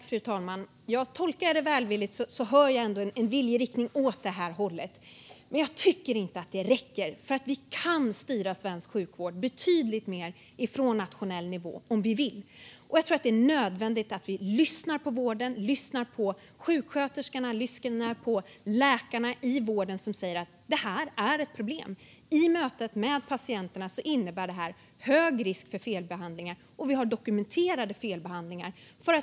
Fru talman! Om jag tolkar det välvilligt hör jag en viljeinriktning åt det här hållet, men jag tycker inte att det räcker. Vi kan styra svensk sjukvård betydligt mer från nationell nivå om vi vill. Jag tror att det är nödvändigt att vi lyssnar på vården och på sjuksköterskorna och läkarna som säger att detta är ett problem. I mötet med patienterna innebär detta hög risk för felbehandlingar, och det finns dokumenterade felbehandlingar.